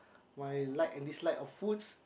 my like and dislike of foods